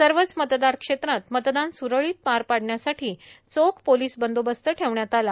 सर्वच मतदार क्षेत्रात मतदान स्रळीत पार पडण्यासाठी चोख पोलीस बंदोबस्त ठेवण्यात आला